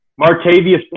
Martavius